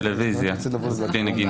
טלוויזיה וכלי נגינה.